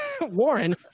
warren